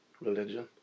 religion